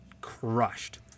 crushed